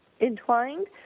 entwined